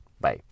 Bye